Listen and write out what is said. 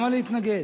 למה להתנגד?